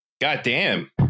Goddamn